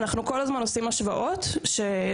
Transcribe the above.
אנחנו כל הזמן עושים השוואות שכוללות